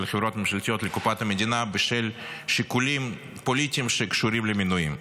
חברות ממשלתיות לקופת המדינה בשל שיקולים פוליטיים שקשורים למינויים.